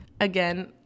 Again